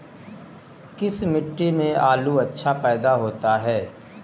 किस मिट्टी में आलू अच्छा पैदा होता है?